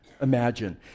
imagine